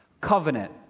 covenant